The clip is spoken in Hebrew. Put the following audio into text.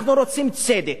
אנחנו רוצים צדק.